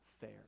fair